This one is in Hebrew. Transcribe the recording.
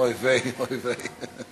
אוי ויי, אוי ויי.